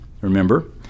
remember